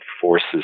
forces